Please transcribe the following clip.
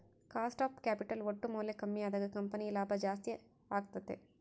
cost of capital ಒಟ್ಟು ಮೌಲ್ಯ ಕಮ್ಮಿ ಅದಾಗ ಕಂಪನಿಯ ಲಾಭ ಜಾಸ್ತಿ ಅಗತ್ಯೆತೆ